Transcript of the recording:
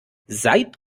seid